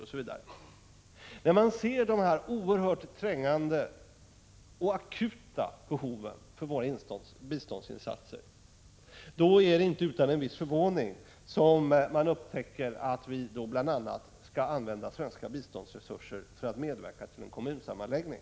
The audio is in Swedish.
Mot bakgrund av dessa oerhört trängande och akuta behov när det gäller våra biståndsinsatser var det inte utan en viss förvåning som jag upptäckte att vi bl.a. skall använda svenska biståndsresurser för att medverka till en kommunsammanläggning.